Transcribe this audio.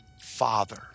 father